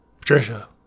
Patricia